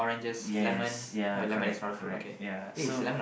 yes ya correct correct ya so